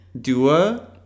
Dua